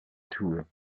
tour